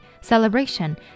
celebration